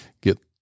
get